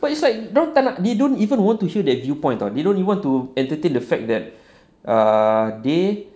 but it's like dorang tak nak they don't even want to hear the viewpoint [tau] they don't even want to entertain the fact that ah they